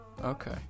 Okay